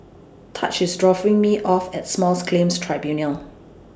Taj IS dropping Me off At Smalls Claims Tribunals